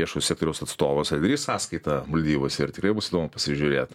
viešo sektoriaus atstovas atidarys sąskaitą maldyvuose ir tikrai bus įdomu pasižiūrėt